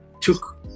took